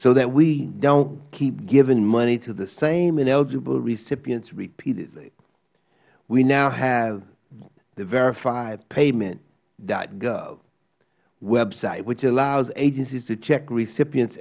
so that we don't keep giving money to the same ineligible recipients repeatedly we now have the verified payment gov website which allows agencies to check recipients